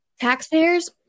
Taxpayers